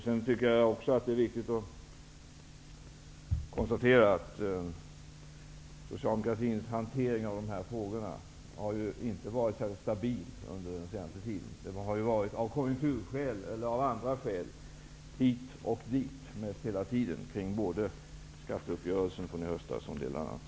Det är också viktigt att konstatera att socialdemokratins hantering av de här frågorna under den senaste tiden inte har varit särskilt stabil. Det har av konjunkturskäl eller andra skäl varit hit och dit mest hela tiden kring både skatteuppgörelsen från i höstas och en del annat.